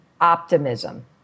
optimism